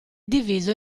diviso